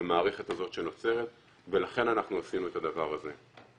במערכת הזאת שנוצרת ולכן אנחנו עשינו את הדבר הזה.